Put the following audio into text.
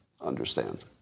understand